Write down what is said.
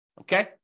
okay